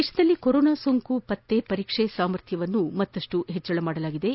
ದೇಶದಲ್ಲಿ ಕೊರೋನಾ ಸೋಂಕು ಪತ್ತೆ ಪರೀಕ್ಷೆ ಸಾಮರ್ಥ್ಯದಲ್ಲಿ ಮತ್ತಷ್ಟು ಹೆಚ್ಚಳವಾಗಿದ್ದು